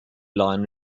line